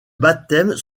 baptêmes